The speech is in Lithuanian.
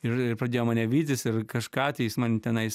ir ir pradėjo mane vytis ir kažką tai jis man tenais